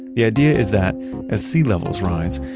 the idea is that as sea levels rise,